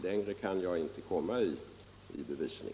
Längre kan jag inte komma i bevisning.